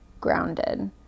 grounded